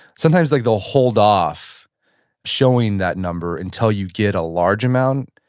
sometimes like they'll hold off showing that number until you get a large amount,